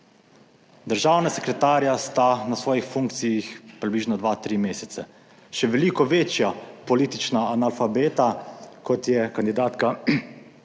Državna sekretarja sta na svojih funkcijah približno 2, 3 mesece, še veliko večja politična analfabeta kot je kandidatka